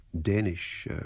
Danish